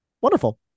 wonderful